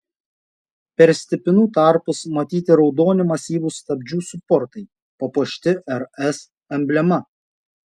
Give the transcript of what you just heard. per stipinų tarpus matyti raudoni masyvūs stabdžių suportai papuošti rs emblema